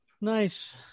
Nice